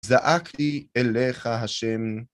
‫זעקתי אליך, השם.